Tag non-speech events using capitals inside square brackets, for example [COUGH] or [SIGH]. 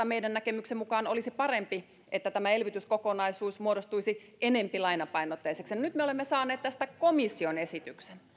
[UNINTELLIGIBLE] meidän näkemyksemme mukaan kaikkien kannalta olisi parempi että tämä elvytyskokonaisuus muodostuisi enempi lainapainotteiseksi nyt me olemme saaneet tästä komission esityksen